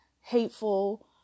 hateful